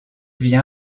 vit